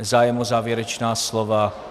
Zájem o závěrečná slova.